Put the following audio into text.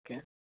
okay